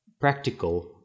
practical